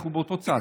אנחנו באותו צד.